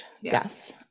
Yes